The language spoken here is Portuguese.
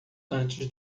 antes